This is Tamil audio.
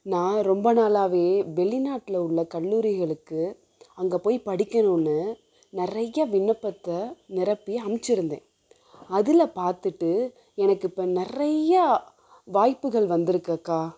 நான் ரொம்ப நாளாகவே வெளிநாட்டில உள்ள கல்லூரிகளுக்கு அங்கேப்போய் படிக்கணும்னு நிறையா விண்ணப்பத்தை நிரப்பி அனுப்பிச்சிருந்தேன் அதில் பார்த்துட்டு எனக்கு இப்போ நிறையா வாய்ப்புகள் வந்துருக்குது அக்கா